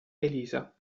elisa